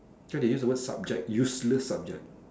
so they use the word subject useless subject